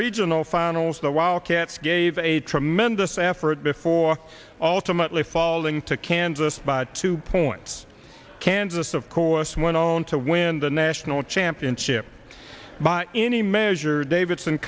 regional finals the wildcats gave a tremendous effort before alternately falling to kansas by two points kansas of course went on to win the national championship by any measure davidson